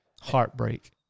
Heartbreak